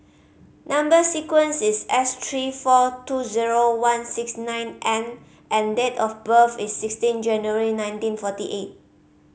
number sequence is S three four two zero one six nine N and date of birth is sixteen January nineteen forty eight